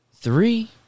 Three